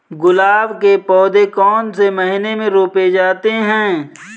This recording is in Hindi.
गुलाब के पौधे कौन से महीने में रोपे जाते हैं?